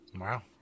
Wow